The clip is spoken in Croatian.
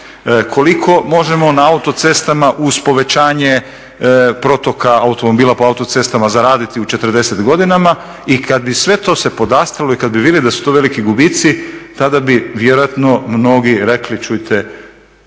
koliko možemo na autocestama uz povećanje protoka automobila po autocestama zaraditi u 40 godina i kad bi sve to se podastrlo i kad bi vidjeli da su to veliki gubici tada bi vjerojatno mnogi rekli čujte